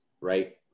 right